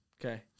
Okay